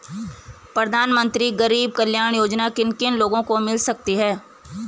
प्रधानमंत्री गरीब कल्याण योजना किन किन लोगों को मिल सकती है?